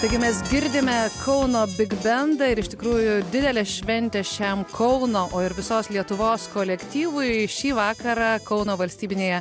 taigi mes girdime kauno bigbendą ir iš tikrųjų didelė šventė šiam kauno o ir visos lietuvos kolektyvui šį vakarą kauno valstybinėje